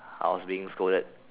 I was being scolded